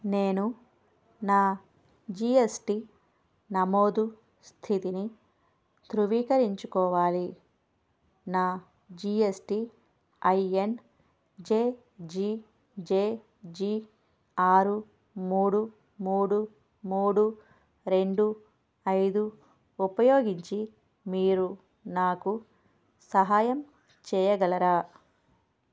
నేను నా G S T నమోదు స్థితిని ధృవీకరించుకోవాలి నా G S T I N J G J G ఆరు మూడు మూడు మూడు రెండు ఐదు ఉపయోగించి మీరు నాకు సహాయం చేయగలరా